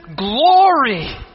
glory